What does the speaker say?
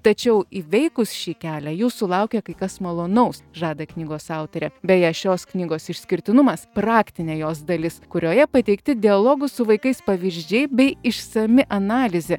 tačiau įveikus šį kelią jūsų laukia kai kas malonaus žada knygos autorė beje šios knygos išskirtinumas praktinė jos dalis kurioje pateikti dialogų su vaikais pavyzdžiai bei išsami analizė